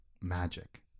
magic